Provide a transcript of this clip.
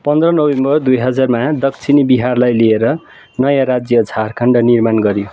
पन्ध्र नोभेम्बर दुई हजारमा दक्षिणी बिहारलाई लिएर नयाँ राज्य झारखण्ड निर्माण गरियो